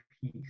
peace